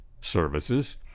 services